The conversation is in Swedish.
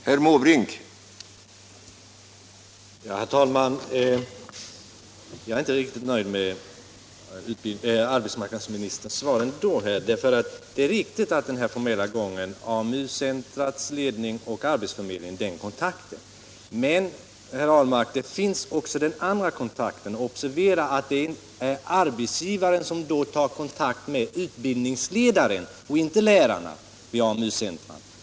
Herr talman! Jag är ändå inte helt nöjd med arbetsmarknadsministerns Svar. Det är riktigt att den formella gången är att AMU-centrets ledning = och arbetsförmedlingen tar kontakt. Men, herr Ahlmark, det finns också Om arbetsmarken annan kontakt. Observera att det är arbetsgivaren som då tar kontakt = nadsutbildningen med utbildningsledarna och inte med lärarna vid AMU-centrerna.